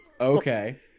Okay